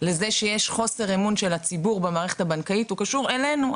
לכך שיש חוסר אמון של הציבור במערכת הבנקאית קשור אליהם,